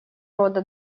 рода